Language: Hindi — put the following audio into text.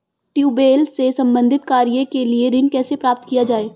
ट्यूबेल से संबंधित कार्य के लिए ऋण कैसे प्राप्त किया जाए?